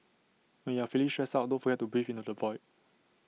when you are feeling stressed out don't forget to breathe into the void